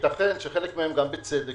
וייתכן שחלקם בצדק,